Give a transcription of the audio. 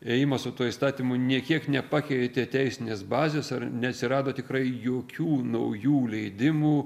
ėjimas su tuo įstatymu nė kiek nepakeitė teisinės bazės ar neatsirado tikrai jokių naujų leidimų